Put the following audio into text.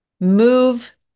move